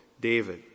David